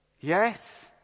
Yes